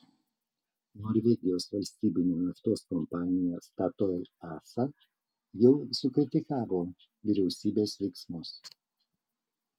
norvegijos valstybinė naftos kompanija statoil asa jau sukritikavo vyriausybės veiksmus